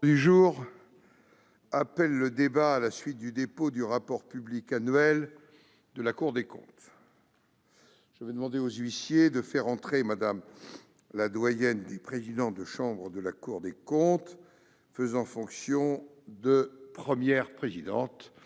L'ordre du jour appelle le débat à la suite du dépôt du rapport public annuel de la Cour des comptes. Huissiers, veuillez faire entrer Mme la doyenne des présidents de chambre de la Cour des comptes, faisant fonction de Première présidente,